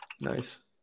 Nice